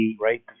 right